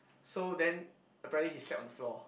so then apparently he slept on the floor